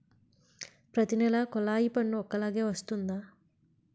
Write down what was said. ప్రతి నెల కొల్లాయి పన్ను ఒకలాగే వస్తుందా?